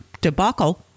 debacle